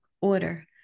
order